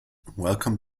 welcome